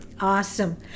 Awesome